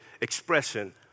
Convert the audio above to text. expression